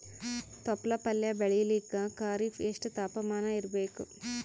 ತೊಪ್ಲ ಪಲ್ಯ ಬೆಳೆಯಲಿಕ ಖರೀಫ್ ಎಷ್ಟ ತಾಪಮಾನ ಇರಬೇಕು?